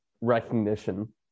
recognition